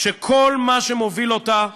שכל מה שמוביל אותה,